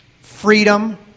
freedom